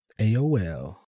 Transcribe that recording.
AOL